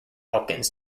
elkins